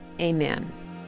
Amen